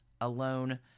alone